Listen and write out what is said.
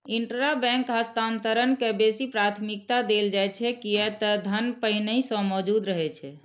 intrabank हस्तांतरण के बेसी प्राथमिकता देल जाइ छै, कियै ते धन पहिनहि सं मौजूद रहै छै